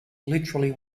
literally